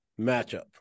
matchup